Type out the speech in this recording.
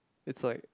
it's like